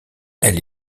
elle